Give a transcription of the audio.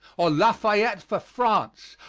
or lafayette for france,